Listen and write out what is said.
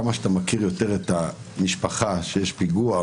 כמה שאתה מכיר את המשפחה יותר כשיש פיגוע,